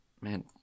man